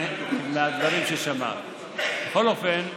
בכל אופן,